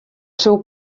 seu